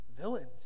Villains